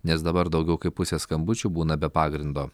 nes dabar daugiau kaip pusė skambučių būna be pagrindo